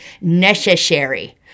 necessary